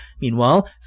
Meanwhile